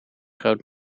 groot